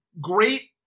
great